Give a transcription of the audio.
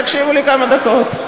תקשיבו לי כמה דקות.